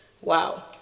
Wow